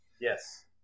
Yes